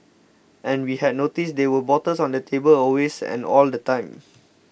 and we had noticed there were bottles on the table always and all the time